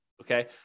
okay